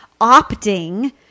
opting